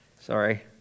sorry